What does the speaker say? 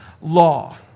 law